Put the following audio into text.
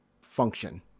function